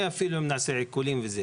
גם אם נעשה עיקולים וכו'.